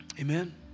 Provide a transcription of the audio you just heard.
Amen